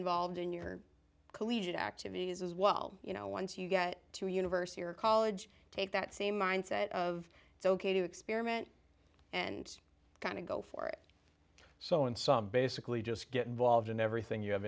involved in your collegiate activities as well you know once you get to university or college take that same mindset of it's ok to experiment and kind of go for it so and some basically just get involved in everything you